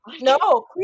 no